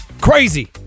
Crazy